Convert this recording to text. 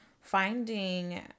finding